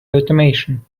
automation